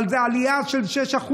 זה עלייה של 6%,